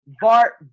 Bart